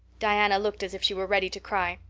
diana looked as if she were ready to cry.